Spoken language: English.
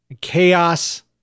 chaos